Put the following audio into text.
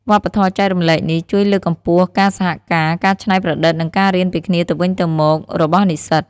វប្បធម៌ចែករំលែកនេះ ជួយលើកកម្ពស់ការសហការ ការច្នៃប្រឌិត និងការរៀនពីគ្នាទៅវិញទៅមករបស់និស្សិត។